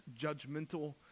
judgmental